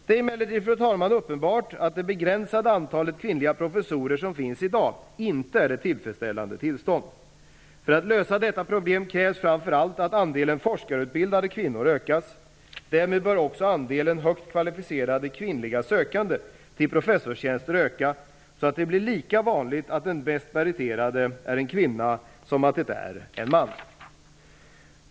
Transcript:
Det är emellertid inte tillfredsställande att det i dag finns ett så begränsat antal kvinnliga professorer. För att lösa detta problem krävs framför allt att andelen forskarutbildade kvinnor ökas. Därmed bör också andelen högt kvalificerade kvinnliga sökande till professorstjänster öka så att det blir lika vanligt att den bäst meriterade är en kvinna som att det är en man.